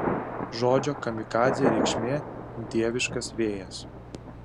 žodžio kamikadzė reikšmė dieviškas vėjas